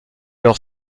leur